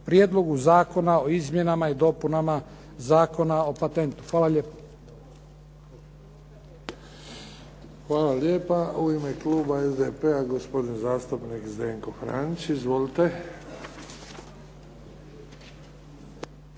Prijedlogu zakona o izmjenama i dopunama Zakona o patentu. Hvala lijepo. **Bebić, Luka (HDZ)** Hvala lijepa. U ime kluba SDP-a, gospodin zastupnik Zdenko Franić. Izvolite.